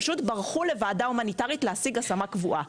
ברחו לוועדה הומניטרית כדי להשיג השמה קבועה.